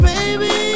Baby